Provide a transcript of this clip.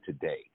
today